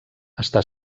està